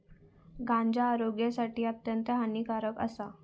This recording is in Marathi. गांजा आरोग्यासाठी अत्यंत हानिकारक आसा